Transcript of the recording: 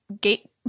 Gate